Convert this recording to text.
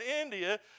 India